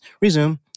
Resume